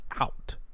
out